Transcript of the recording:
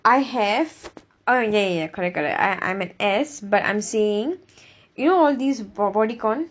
I have oh ya ya ya correct correct I I'm an S but I'm seeing you know all these bo~ Bodycon